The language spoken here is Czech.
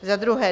Za druhé.